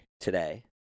today